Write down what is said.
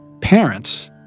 parents